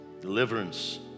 deliverance